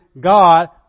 God